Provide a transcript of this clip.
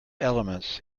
elements